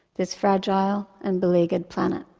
this fragile and beleaguered planet.